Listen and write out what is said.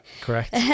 correct